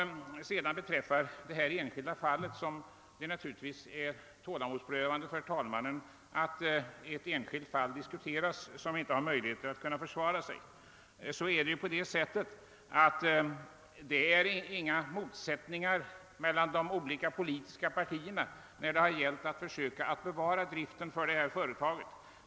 Vad sedan beträffar detta enskilda fall — det är naturligtvis tålamodsprövande för talmannen att här diskuteras ett enskilt företag, som inte har möjlighet att försvara sig — finns det ju inga motsättningar mellan de olika politiska partierna när det gällt önskemålet att driften vid företaget skall kunna fortsätta.